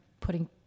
putting